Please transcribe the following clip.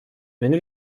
він